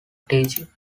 teaching